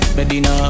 Medina